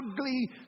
ugly